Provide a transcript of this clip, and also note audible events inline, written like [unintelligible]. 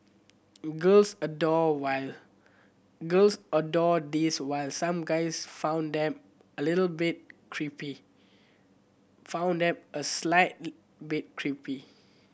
girls adored while girls adored these while some guys found them a little bit creepy found them a slight [unintelligible] bit creepy